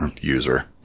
user